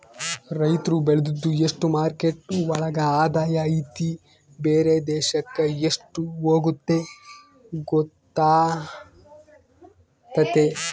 ರೈತ್ರು ಬೆಳ್ದಿದ್ದು ಎಷ್ಟು ಮಾರ್ಕೆಟ್ ಒಳಗ ಆದಾಯ ಐತಿ ಬೇರೆ ದೇಶಕ್ ಎಷ್ಟ್ ಹೋಗುತ್ತೆ ಗೊತ್ತಾತತೆ